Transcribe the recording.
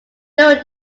during